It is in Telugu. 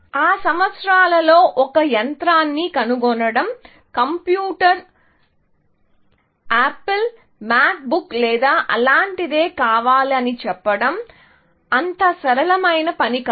ఆ సంవత్సరాల్లో ఒక యంత్రాన్ని కొనడం కంప్యూటర్ నాకు ఆపిల్ మాక్ బుక్ లేదా అలాంటిదే కావాలి అని చెప్పడం అంత సరళమైన పని కాదు